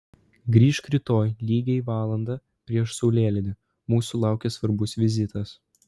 grįžk rytoj lygiai valandą prieš saulėlydį mūsų laukia svarbus vizitas